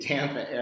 Tampa